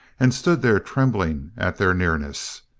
and stood there trembling at their nearness!